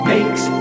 Makes